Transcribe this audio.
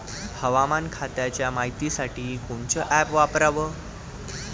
हवामान खात्याच्या मायतीसाठी कोनचं ॲप वापराव?